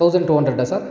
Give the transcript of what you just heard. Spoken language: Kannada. thousand two hundred sir